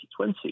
2020